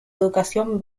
educación